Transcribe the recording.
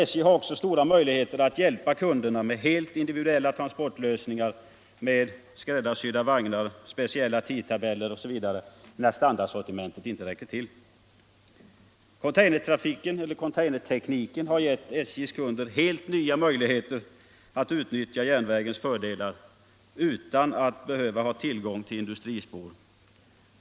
SJ har också stora möjligheter att hjälpa kunderna med helt individuella transportlösningar med ”skräddarsydda” vagnar, speciella tidtabeller osv. när standardsortimentet inte räcker till. Containertekniken har gett SJ:s kunder helt nya möjligheter att utnyttja järnvägens fördelar utan att behöva ha tillgång till industrispår.